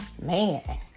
Man